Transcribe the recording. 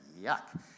Yuck